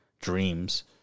Dreams